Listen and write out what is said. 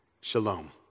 Shalom